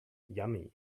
yummy